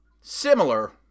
Similar